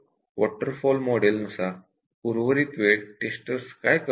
water fall model नुसार उर्वरित वेळेत टेस्टर्सं काय करतात